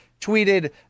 tweeted